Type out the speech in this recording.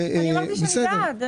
אני אמרתי שאני בעד.